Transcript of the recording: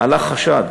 עלה חשד